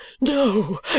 No